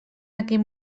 aquell